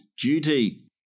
duty